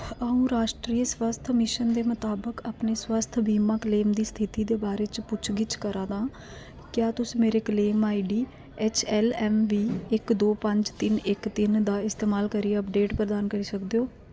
अ'ऊं राश्ट्री स्वास्थ मिशन दे मताबक अपने स्वास्थ बीमा क्लेम दी स्थिति दे बारे च पुच्छ गिच्छ करा दा आं क्या तुस मेरे claim I D H L M B इक दो पंज तिन्न इक तिन्न दा इस्तेमाल करियै अपडेट प्रदान करी सकदे ओ